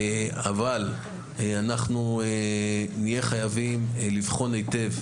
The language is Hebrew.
אבל אנחנו נהיה חייבים לבחון היטב,